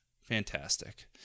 fantastic